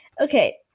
Okay